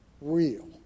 real